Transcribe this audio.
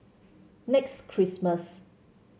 Next Christmas